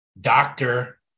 Doctor